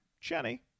Jenny